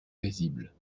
paisible